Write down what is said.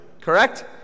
Correct